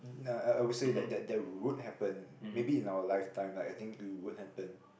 uh I would say that that that would happen maybe in our lifetime like I think it would happen